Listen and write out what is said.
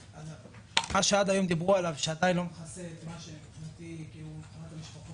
מה שעד היום דיברו עליו שעדיין לא מכסה את הצרכים של המשפחות,